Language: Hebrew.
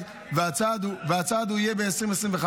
והצעד יהיה ב-2025,